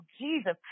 Jesus